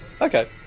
Okay